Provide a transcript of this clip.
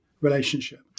relationship